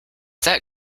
that